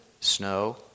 snow